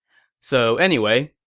so anyway,